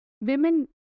Women